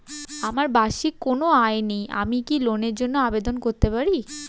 আমার বার্ষিক কোন আয় নেই আমি কি লোনের জন্য আবেদন করতে পারি?